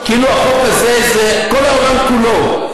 כאילו החוק הזה זה כל העולם כולו.